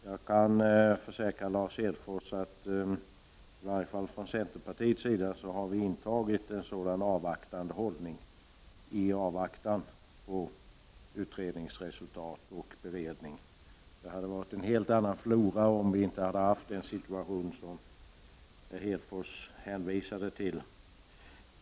Jag kan försäkra Lars Hedfors att vi i centerpartiet har intagit en sådan avvaktande hållning i väntan på utredningsresultat och beredning. Det hade varit en helt annan flora om situationen inte hade varit den som Lars Hedfors hänvisade till.